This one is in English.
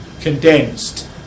condensed